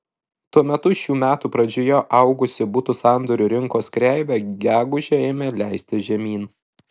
tuo metu šių metų pradžioje augusi butų sandorių rinkos kreivė gegužę ėmė leistis žemyn